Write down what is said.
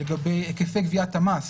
לגבי היקפי גביית המס,